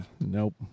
Nope